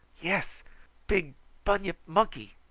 yes big bunyip monkey.